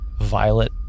violet